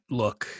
look